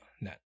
net